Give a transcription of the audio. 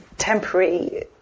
Temporary